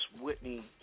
Whitney